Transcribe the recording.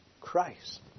Christ